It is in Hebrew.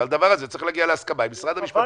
ועל דבר הזה צריך להגיע להסכמה עם משרד המשפטים,